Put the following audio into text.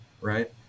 right